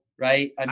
right